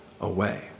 away